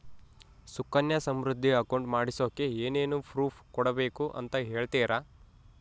Sukanya Samriddhi account ಮಾಡಿಸೋಕೆ ಏನೇನು proof ಕೊಡಬೇಕು ಅಂತ ಹೇಳ್ತೇರಾ?